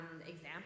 example